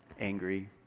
angry